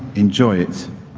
enjoy it!